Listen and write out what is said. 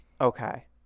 okay